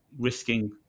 risking